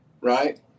right